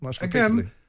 again